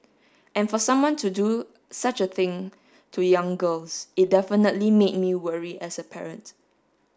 and for someone to do such a thing to young girls it definitely made me worry as a parent